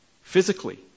physically